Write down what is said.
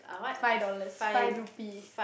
five dollars five rupee